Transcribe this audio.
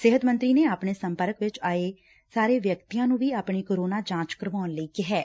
ਸਿਹਤ ਮੰਤਰੀ ਨੇ ਆਪਣੇ ਸੰਪਰਕ ਵਿਚ ਆਏ ਵਿਅਕਤੀਆਂ ਨੂੰ ਵੀ ਆਪਣੀ ਕੋਰੋਨਾ ਜਾਂਚ ਕਰਾਉਣ ਲਈ ਕਿਹੈ